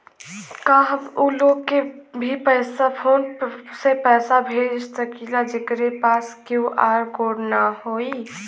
का हम ऊ लोग के भी फोन से पैसा भेज सकीला जेकरे पास क्यू.आर कोड न होई?